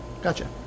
gotcha